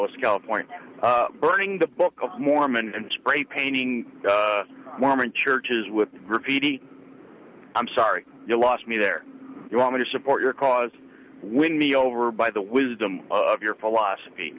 was california burning the book of mormon and spray painting mormon churches with graffiti i'm sorry you lost me there you want me to support your cause win me over by the wisdom of your philosophy